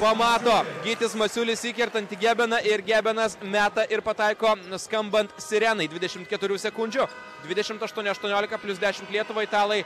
pamato gytis masiulis įkertant į gebeną ir gebenas meta ir pataiko skambant sirenai dvidešimt keturių sekundžių dvidešimt aštuoni aštuoniolika plius dešimt lietuvai italai